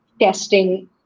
testing